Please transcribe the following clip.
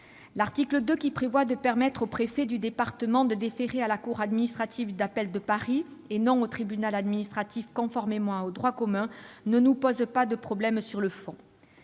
L'article 2, qui prévoit de permettre au préfet du département de déférer à la cour administrative d'appel de Paris, et non au tribunal administratif, conformément au droit commun, ne nous pose pas de problème sur le fond.